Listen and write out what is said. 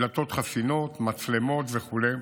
דלתות חסינות, מצלמות וכו',